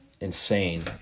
insane